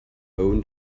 own